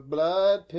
Blood